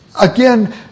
again